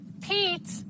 Pete